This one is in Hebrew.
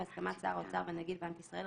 בהסכמת שר האוצר ונגיד בנק ישראל,